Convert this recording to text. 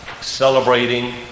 celebrating